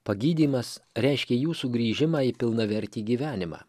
pagydymas reiškia jūsų grįžimą į pilnavertį gyvenimą